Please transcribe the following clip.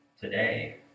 today